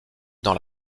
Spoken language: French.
dans